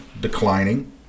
declining